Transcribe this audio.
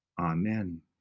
Amen